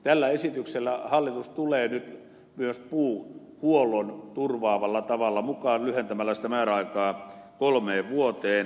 tällä esityksellä hallitus tulee nyt myös puuhuollon turvaavalla tavalla mukaan lyhentämällä sitä määräaikaa kolmeen vuoteen